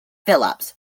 phillips